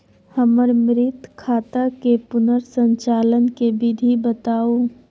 हमर मृत खाता के पुनर संचालन के विधी बताउ?